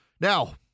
Now